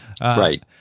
right